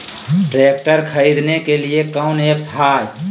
Tractor खरीदने के लिए कौन ऐप्स हाय?